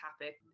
topic